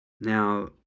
Now